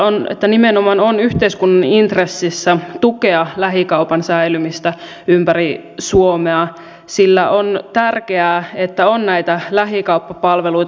näen että nimenomaan on yhteiskunnan intressissä tukea lähikaupan säilymistä ympäri suomea sillä on tärkeää että on näitä lähikauppapalveluita